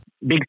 Big